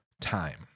time